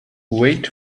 wait